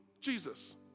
Jesus